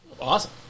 Awesome